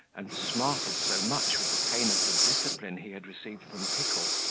and smarted so much with the pain of the discipline he had received from pickle,